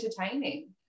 entertaining